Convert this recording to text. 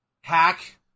Hack